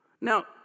Now